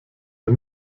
der